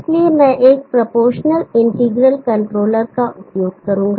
इसलिए मैं एक प्रोपोर्शनल इंटीग्रल कंट्रोलर का उपयोग करूंगा